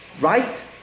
Right